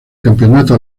campeonato